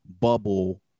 bubble